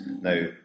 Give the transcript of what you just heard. now